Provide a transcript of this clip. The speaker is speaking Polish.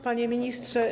Panie Ministrze!